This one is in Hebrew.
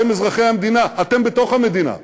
אתם אזרחי המדינה, אתם בתוך המדינה.